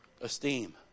Esteem